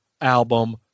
album